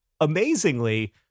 amazingly